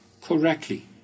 correctly